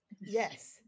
Yes